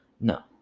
No